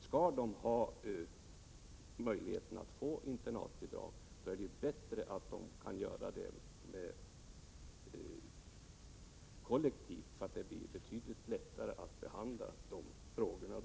Skall de ha möjligheten att få internatbidrag, är det bättre att de kan ansöka om det kollektivt. Då blir det betydligt lättare att behandla deras ansökningar.